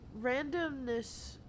randomness